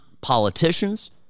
politicians